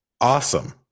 awesome